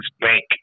Bank